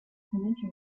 penetration